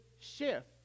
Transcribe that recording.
shift